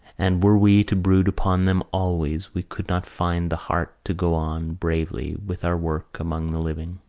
and were we to brood upon them always we could not find the heart to go on bravely with our work among the living.